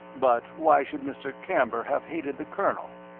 but why should mr. camber have hated the colonel?